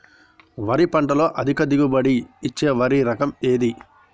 వరి పంట లో అధిక దిగుబడి ఇచ్చే వరి రకం ఏది?